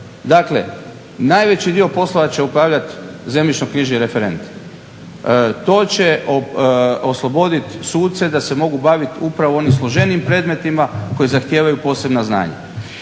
Dakle najveći dio poslova će obavljat ZK referent. To će oslobodit suce da se mogu bavit upravo onim složenijim predmetima koji zahtijevaju posebna znanja.